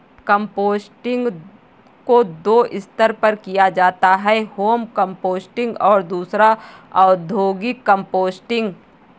composting को दो स्तर पर किया जाता है होम कंपोस्टिंग और दूसरा औद्योगिक कंपोस्टिंग